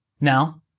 Now